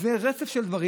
זה רצף של דברים.